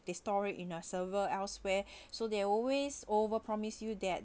they store it in a server elsewhere so they always over-promise you that